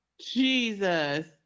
Jesus